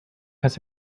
has